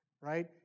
right